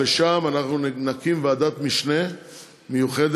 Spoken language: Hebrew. ושם אנחנו נקים ועדת משנה מיוחדת,